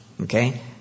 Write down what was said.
Okay